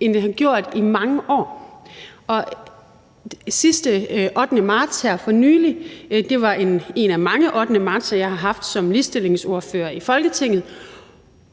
end den har gjort i mange år. Og 8. marts, her for nylig, var en af mange 8. marts-dage, jeg har haft som ligestillingsordfører i Folketinget,